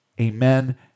Amen